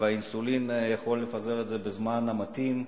האינסולין יוכל לפזר את זה בזמן המתאים,